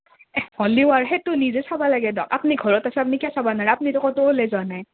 হ'লিও আৰ সেইটো নিজে চাবা লাগ এ দক আপ্নি ঘৰত থাকে কিয়া চাবা নৰে আপ্নিটো ক'লৈ ওলে যোৱা নাই